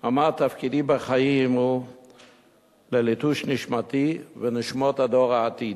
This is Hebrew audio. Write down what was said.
הוא אמר: תפקידי בחיים הוא ליטוש נשמתי ונשמות דור העתיד.